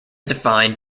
defined